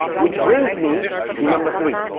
which brings me to number three.